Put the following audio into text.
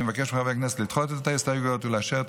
אני מבקש מחברי הכנסת לדחות את ההסתייגויות ולאשר את